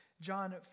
John